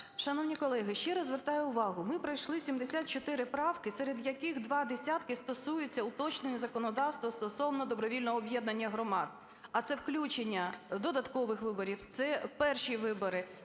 Шановні колеги, ще раз звертаю увагу, ми пройшли 74 правки, серед яких 2 десятки стосуються уточнень у законодавство стосовно добровільного об'єднання громад, а це включення додаткових виборів, це перші вибори,